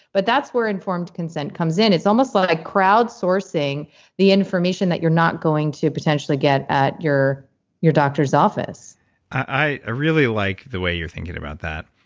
but that's where informed consent comes in. it's almost like crowdsourcing the information that you're not going to potentially get at your your doctor's office i really like the way you're thinking about that.